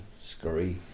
scurry